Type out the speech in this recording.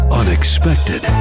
unexpected